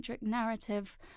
narrative